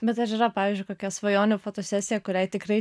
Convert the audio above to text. bet ar yra pavyzdžiui kokia svajonių fotosesija kuriai tikrai